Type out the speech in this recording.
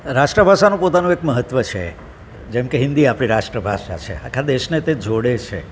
રાષ્ટ્રભાષાનું પોતાનું એક મહત્ત્વ છે જેમ કે હિન્દી આપણી રાષ્ટ્રભાષા છે આખા દેશને તે જોડે છે